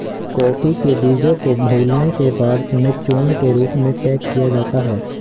coffee के बीजों को भूलने के बाद उन्हें चूर्ण के रूप में पैक किया जाता है